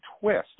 twist